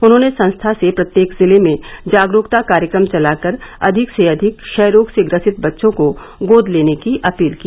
उन्होंने संस्था से प्रत्येक जिले में जागरूकता कार्यक्रम चला कर अधिक से अधिक क्षय रोग से ग्रसित बच्चों को गोद लेने की अपील की